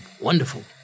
wonderful